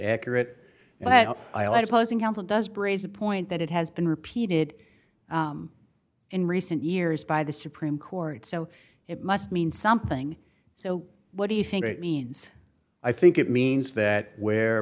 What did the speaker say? counsel does braise a point that it has been repeated in recent years by the supreme court so it must mean something so what do you think it means i think it means that where